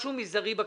משהו מזערי בקצה.